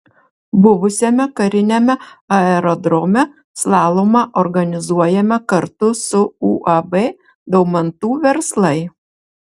buvusiame kariniame aerodrome slalomą organizuojame kartu su uab daumantų verslai